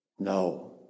No